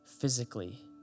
physically